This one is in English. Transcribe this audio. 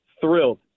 thrilled